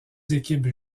équipes